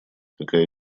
какая